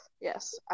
Yes